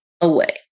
away